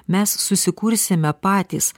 mes susikursime patys